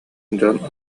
дьон